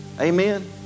amen